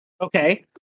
Okay